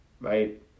Right